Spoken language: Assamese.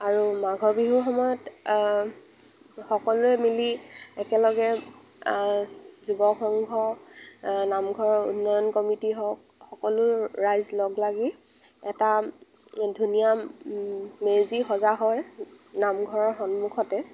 আৰু মাঘৰ বিহুৰ সময়ত সকলোৱে মিলি একেলগে যুৱ সংঘ নামঘৰৰ উন্নয়ন কমিতি হওক সকলো ৰাইজ লগ লাগি এটা ধুনীয়া মেজি সজা হয় নামঘৰৰ সন্মুখতে